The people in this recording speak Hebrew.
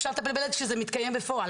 אפשר לטפל בילד כשזה מתקיים בפועל.